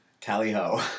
Tally-ho